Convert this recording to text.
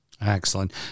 Excellent